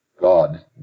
God